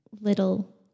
little